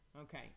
Okay